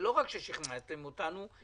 ולא רק ששכנעתם אותנו,